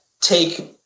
take